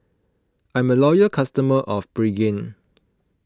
I'm a loyal customer of Pregain